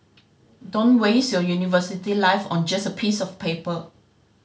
don't waste your university life on just a piece of paper